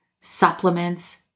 supplements